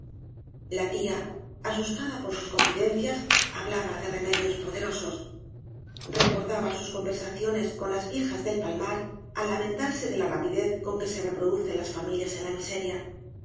la tía asustada por sus confidencias hablaba de remedios poderosos recordaba sus conversaciones con las viejas del palmar al lamentarse de la rapidez con que se reproducen las familias en la miseria